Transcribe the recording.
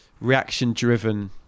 reaction-driven